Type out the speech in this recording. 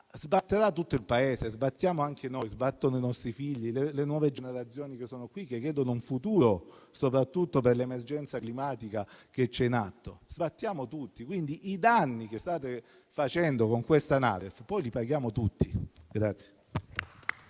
sbatterà tutto il Paese, sbatteremo anche noi, i nostri figli e le nuove generazioni che sono qui, che chiedono un futuro soprattutto per l'emergenza climatica in atto. Sbattiamo tutti, quindi i danni che state facendo con questa NADEF poi li paghiamo tutti.